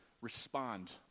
respond